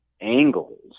angles